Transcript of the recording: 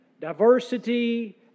diversity